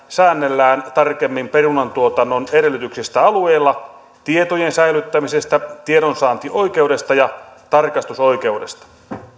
säännellään tarkemmin perunantuotannon edellytyksistä alueilla tietojen säilyttämisestä tiedonsaantioikeudesta ja tarkastusoikeudesta